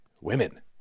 women